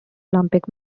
olympic